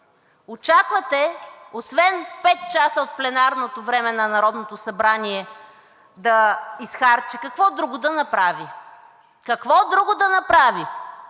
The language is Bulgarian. очаквате освен пет часа от пленарното време на Народното събрание да изхарчи, какво друго да направи? Какво друго да направи?!